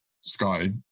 Sky